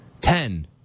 Ten